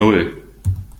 nan